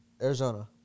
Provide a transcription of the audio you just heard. Arizona